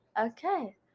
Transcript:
Okay